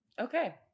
Okay